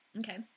okay